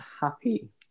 happy